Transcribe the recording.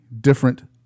different